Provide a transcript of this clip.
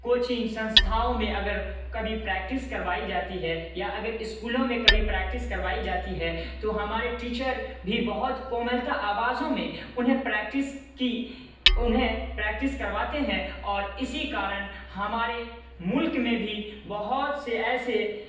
coaching سنستھاؤں میں اگر کبھی پریکٹس کروائی جاتی ہے یا اگر اسکولوں میں کبھی پریکٹس کروائی جاتی ہے تو ہمارے ٹیچر بھی بہت کوملتا آوازوں میں انہیں پریکٹس کی انہیں پریکٹس کرواتے ہیں اور اسی کارن ہمارے ملک میں بھی بہت سے ایسے